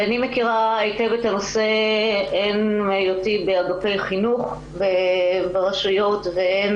אני מכירה היטב את הנושא הן בהיותי באגפי חינוך ברשויות והן